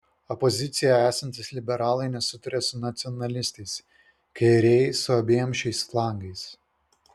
opozicijoje esantys liberalai nesutaria su nacionalistais kairieji su abiem šiais flangais